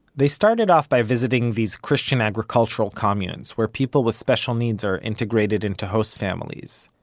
they started off by visiting these christian agricultural communes, where people with special needs are integrated into host families.